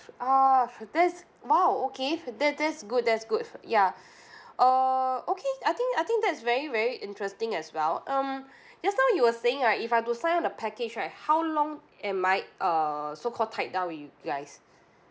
uh that's !wow! okay that that's good that's good ya uh okay I think I think that's very very interesting as well um just now you were saying right if I were to sign up a package right how long am I uh so called tied down with you guys